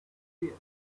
wear